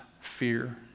fear